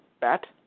bat